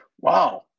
Wow